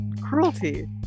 cruelty